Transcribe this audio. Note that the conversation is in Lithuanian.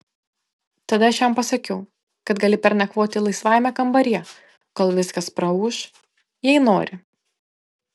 tada aš jam pasakiau kad gali pernakvoti laisvajame kambaryje kol viskas praūš jei nori